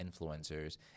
influencers